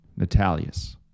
Natalius